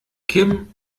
kim